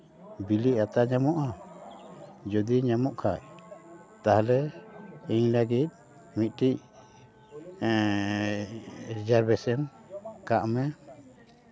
ᱵᱤᱞᱤ ᱟᱛᱟ ᱧᱟᱢᱚᱜᱼᱟ ᱡᱩᱫᱤ ᱧᱟᱢᱚᱜ ᱠᱷᱟᱱ ᱛᱟᱦᱞᱮ ᱤᱧ ᱞᱟᱹᱜᱤᱫ ᱢᱤᱫᱴᱤᱡ ᱨᱤᱡᱟᱨᱵᱷᱮᱱ ᱠᱟᱜ ᱢᱮ